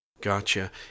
Gotcha